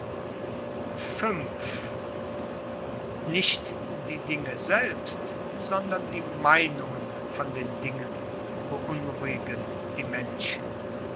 v nicht die dinge selbst sondern die meinungen von den dingen beunruhigen die menschen